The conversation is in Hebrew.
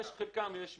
בחלקם יש מחזור,